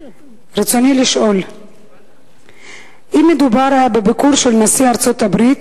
רצוני לשאול: 1. אם היה מדובר בביקור של נשיא ארצות-הברית,